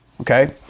okay